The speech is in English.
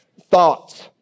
thoughts